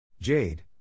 Jade